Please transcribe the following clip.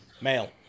Male